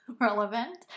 relevant